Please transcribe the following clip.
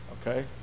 okay